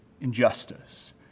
injustice